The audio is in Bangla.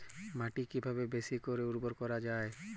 মাটি কিভাবে বেশী করে উর্বর করা যাবে?